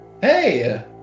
hey